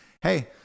hey